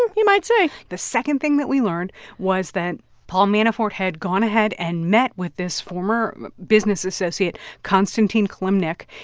and you might say the second thing that we learned was that paul manafort had gone ahead and met with this former business associate, konstantin kilimnik,